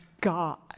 God